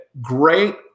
great